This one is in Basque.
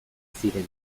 ziren